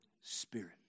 Spirit